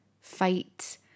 fight